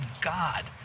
God